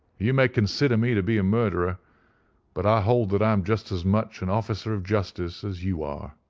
you may consider me to be a murderer but i hold that i am just as much an officer of justice as you are.